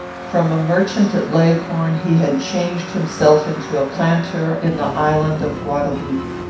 from a merchant at leghorn, he had changed himself into a planter in the island of guadaloupe.